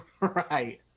right